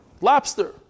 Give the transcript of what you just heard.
Lobster